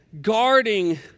guarding